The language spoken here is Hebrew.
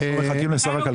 אנחנו מחכים לשר הכלכלה.